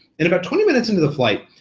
and about twenty minutes into the flight,